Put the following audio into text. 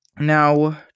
now